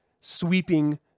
sweeping